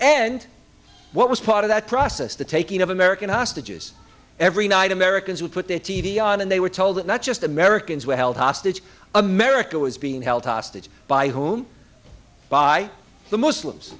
and what was part of that process the taking of american hostages every night americans would put their t v on and they were told that not just americans were held hostage america was being held hostage by whom by the muslims